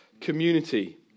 community